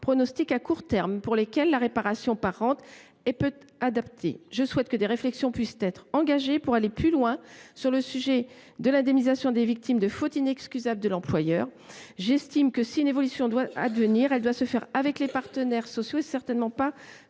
pronostic à court terme est mauvais. La réparation par rente est peu adaptée dans leur cas. Je souhaite que des réflexions puissent être engagées pour aller plus loin sur le sujet de l’indemnisation des victimes de faute inexcusable de l’employeur. Toutefois, j’estime que, si une évolution doit advenir, elle doit se faire avec les partenaires sociaux, certainement pas